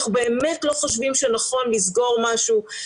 אנחנו באמת לא חושבים שנכון לסגור משהו.